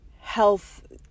health